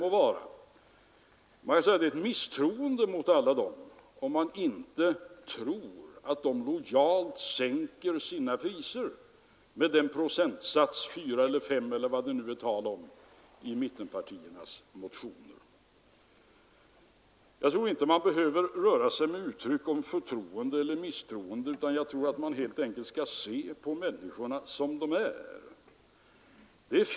Jag skulle vilja säga: Är det att misstro a alla dessa om man inte utgår från att de lojalt sänker sina priser med 4 till S procent, dvs. ungefär den procentsats som det talas om i mittenpartiernas motioner? Man skall egentligen inte använda uttryck som förtroende eller misstroende, utan man skall se på människorna som de är.